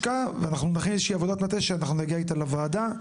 ואנחנו נכין איזושהי עבודת מטה שאנחנו נגיע איתה לוועדה.